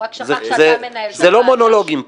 זה לא מונולוגים פה.